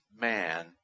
man